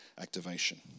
activation